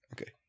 okay